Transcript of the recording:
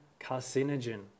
carcinogen